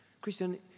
Christian